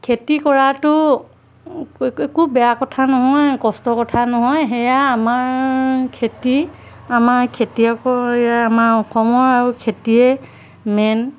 খেতি কৰাটো একো বেয়া কথা নহয় কষ্টৰ কথা নহয় সেয়া আমাৰ খেতি আমাৰ খেতিয়কৰ আমাৰ অসমৰ আৰু খেতিয়ে মেইন